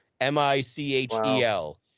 m-i-c-h-e-l